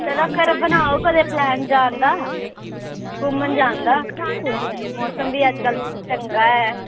चलो फिर बनाओ कुतै प्लान जान दा घुम्मन जान दा मोसम बी अज्ज्कल चंगा ऐ